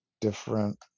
different